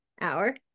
hour